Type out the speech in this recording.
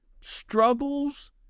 struggles